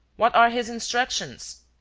what are his instructions?